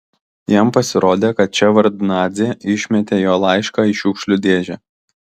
jam pasirodė kad ševardnadzė išmetė jo laišką į šiukšlių dėžę